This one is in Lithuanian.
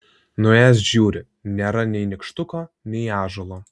nuėjęs žiūri nėra nei nykštuko nei ąžuolo